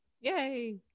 Yay